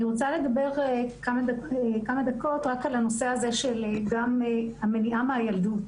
אני רוצה לדבר רק על הנושא הזה של המניעה מהילדות.